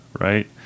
right